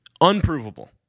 unprovable